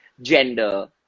gender